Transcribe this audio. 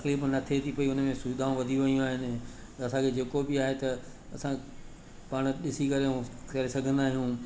तक़लीफ न थिए थी पई उन में सुविधाऊं वधी वयूं आहिनि त असांखे जेको बि आहे त असां पाण ॾिसी करे हूअ करे सघंदा आहियूं